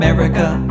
America